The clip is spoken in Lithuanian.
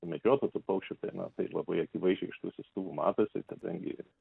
medžiotų tų paukščių tai na tai labai akivaizdžiai iš tų siųstuvų matosi kadangi